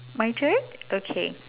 my turn okay